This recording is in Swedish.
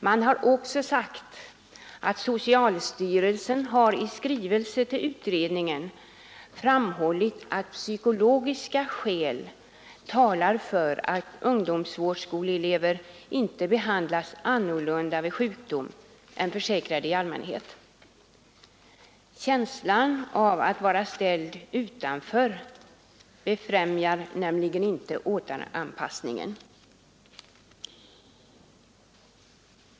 Man har också sagt att socialstyrelsen i skrivelse till utredningen har framhållit att psykologiska skäl talar för att ungdomsvårdsskoleelever inte behandlas annorlunda vid sjukdom än försäkrade i allmänhet. Känslan av att vara ställd utanför befrämjar nämligen inte återanpassningen.